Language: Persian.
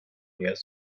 نیاز